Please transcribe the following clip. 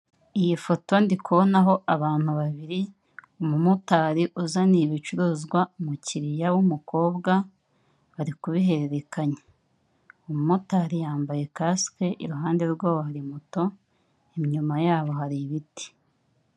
Iyi foto ndi kubonaho abantu babiri, umumotari uzaniye ibicuruzwa umukiriya w'umukobwa, bari kubihererekanya, umumotari yambaye kasike, iruhande rwabo hari moto, inyuma yabo hari ibiti.